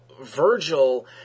Virgil